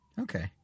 Okay